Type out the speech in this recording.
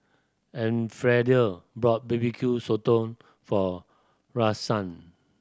Elfrieda bought B B Q Sotong for Rosann